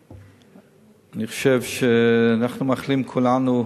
אני חושב שאנחנו מאחלים, כולנו,